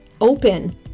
open